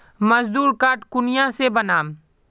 मजदूर कार्ड कुनियाँ से बनाम?